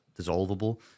dissolvable